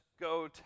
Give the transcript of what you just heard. go